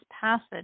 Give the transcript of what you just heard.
passage